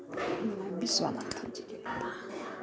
विश्वनाथ जी के